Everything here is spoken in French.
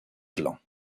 clans